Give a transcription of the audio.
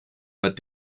but